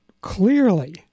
clearly